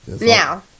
Now